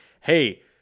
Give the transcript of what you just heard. hey